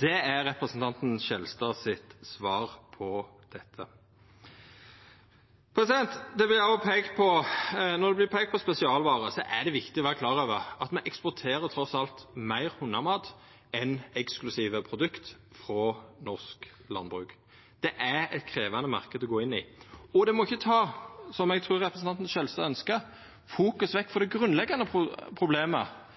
Det er svaret frå representanten Skjelstad på dette. Når det vert peikt på spesialvarer, er det viktig å vera klar over at me eksporterer trass alt meir hundemat enn eksklusive produkt frå norsk landbruk. Det er ein krevjande marknad å gå inn i. Og det må ikkje, som eg trur representanten Skjelstad ønskjer, ta fokuset vekk frå det grunnleggjande problemet